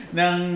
ng